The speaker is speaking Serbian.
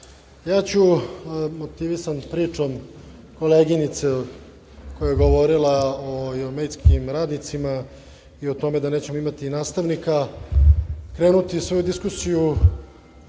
ja ću motivisan pričom koleginice koja je govorila o medicinskim radnicima i o tome da nećemo imati nastavnika, krenuti svoju diskusiju